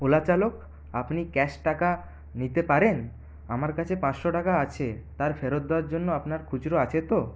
OLA চালক আপনি cash টাকা নিতে পারেন আমার কাছে পাঁচশো টাকা আছে তার ফেরত দেওয়ার জন্য আপনার খুচরো আছে তো